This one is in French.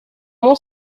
mon